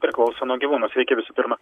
priklauso nuo gyvūno sveiki visų pirma